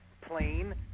plane